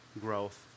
growth